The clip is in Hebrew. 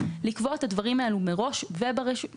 המטרה היא לקבוע את הדברים האלה מראש וברשומות,